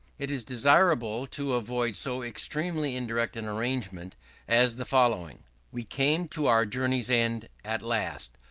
it is desirable to avoid so extremely indirect an arrangement as the following we came to our journey's end, at last,